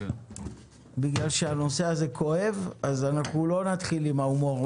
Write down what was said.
בגלל שהנושא הזה כואב לא נתחיל עם הומור,